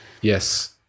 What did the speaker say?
Yes